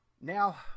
Now